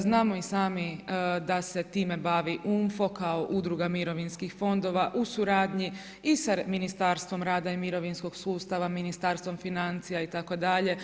Znamo i sami da se time bavi UNFO kao Udruga mirovinskih fondova u suradnji i sa Ministarstvom rada i mirovinskog sustava, Ministarstvom financija itd.